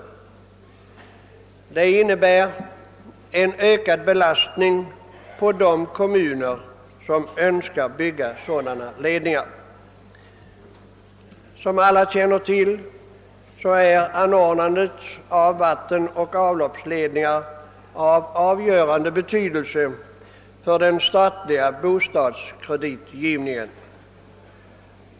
Det skulle innebära en ökad belastning på de kommuner som önskar bygga sådana anläggningar. Som alla känner till är anordnandet av vattenoch avloppsledningar av avgörande betydelse för den statliga bostadskreditgivningen.